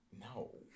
No